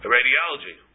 Radiology